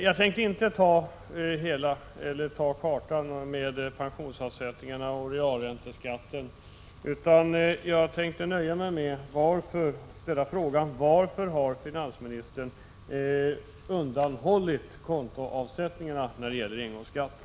Jag tänker inte beröra hela frågan om pensionsavsättningarna och realränteskatten utan nöjer mig med att ställa en fråga till finansministern: Varför har finansministern undantagit kontoavsättningarna från engångsskatten?